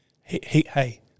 Hey